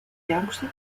youngster